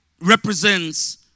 represents